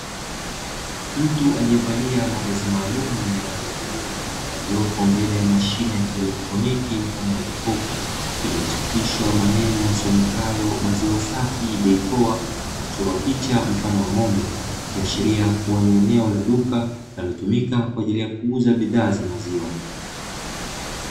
Mtu aliyevalia mavazi maalumu yenye rangi ya bluu aliopo mbele ya mashine ya kielektroniki mfano wa jokofu, iliyochapishwa maneno yasomekayo maziwa safi bei poa na kuchorwa picha mfano ya ng'ombe ikiashiria kuwa ni eneo la duka linalotumika kwa ajili ya kuuza bidhaa za maziwa.